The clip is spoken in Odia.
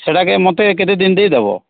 ସେଟା କେ ମତେ କେତେ ଦିନ ଦେଇ ଦବ